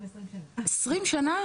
יש לנו למעלה מ-10,000 עוקבים.